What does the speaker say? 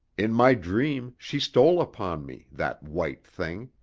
in my dream she stole upon me, that white thing!